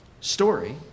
story